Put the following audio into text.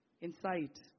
insight